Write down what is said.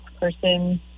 person